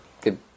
good